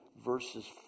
Verses